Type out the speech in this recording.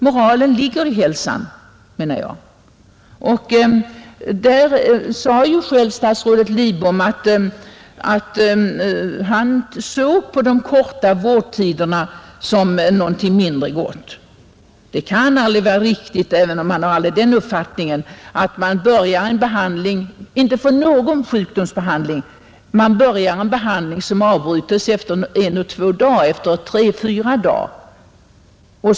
Moralen ligger i hälsan, menar jag. Statsrådet Lidbom sade ju själv att han såg på de korta vårdtiderna som någonting mindre gott. Det kan väl aldrig vara riktigt beträffande någon sjukdomsbehandling att man börjar en behandling, som sedan avbrytes efter en till fyra dagar.